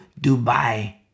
Dubai